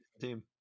team